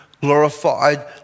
glorified